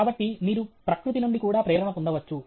కాబట్టి మీరు ప్రకృతి నుండి కూడా ప్రేరణ పొందవచ్చు